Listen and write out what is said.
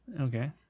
Okay